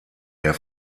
der